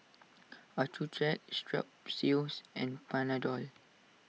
Accucheck Strepsils and Panadol